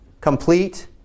complete